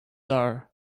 are